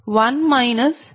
25j0